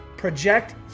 Project